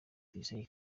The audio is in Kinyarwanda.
tuyisenge